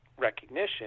recognition